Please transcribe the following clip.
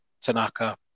Tanaka